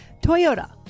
Toyota